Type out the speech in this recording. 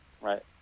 right